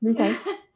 Okay